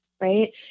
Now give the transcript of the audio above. right